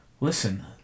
Listen